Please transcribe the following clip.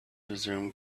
resume